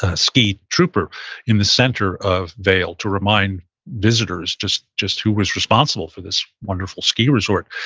ah ski trooper in the center of vale to remind visitors just just who was responsible for this wonderful ski resort.